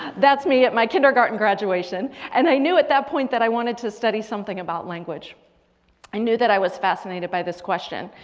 that's me at my kindergarten graduation and i knew at that point that i wanted to study something about language and knew that i was fascinated by this question.